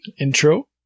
intro